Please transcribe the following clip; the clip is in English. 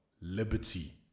Liberty